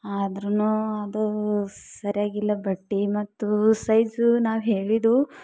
ಅದರೂ ಅದು ಸರಿಯಾಗಿ ಇಲ್ಲ ಬಟ್ಟೆ ಮತ್ತು ಸೈಜು ನಾವು ಹೇಳಿದ್ದು